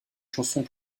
chansons